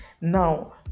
now